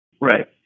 Right